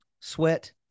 sweat